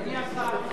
אדוני השר,